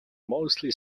mostly